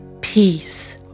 peace